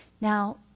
Now